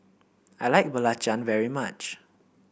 I like belacan very much